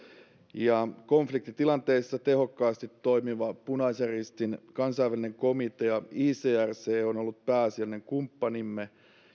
konfliktitilanteissa tehokkaasti toimiva punaisen ristin kansainvälinen komitea icrc on ollut pääasiallinen kumppanimme